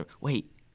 Wait